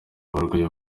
abarwayi